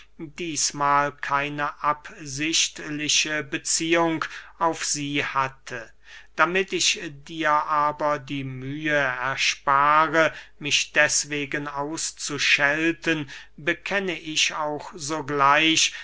dießmahl keine absichtliche beziehung auf sie hatte damit ich dir aber die mühe erspare mich deswegen auszuschalten bekenne ich auch sogleich